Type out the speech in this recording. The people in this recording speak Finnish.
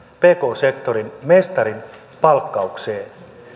pk sektorin mestarin palkkauksesta